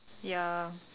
ya